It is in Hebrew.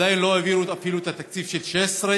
עדיין לא העבירו אפילו את התקציב של 2016,